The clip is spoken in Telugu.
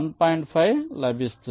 5 లభిస్తుంది